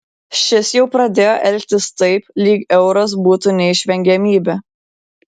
šis jau pradėjo elgtis taip lyg euras būtų neišvengiamybė